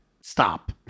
Stop